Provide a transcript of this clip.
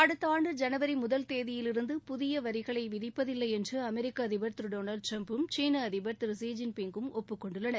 அடுத்த ஆண்டு ஜனவரி முதல் தேதியிலிருந்து புதிய வரிகளை விதிப்பதில்லை என்று அமெரிக்க அதிபர் திரு டொனால்டு ட்ரம்ப்பும் சீன அதிபர் திரு ஜீ ஜின்பிங்கும் ஒப்புக்கொண்டுள்ளனர்